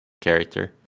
character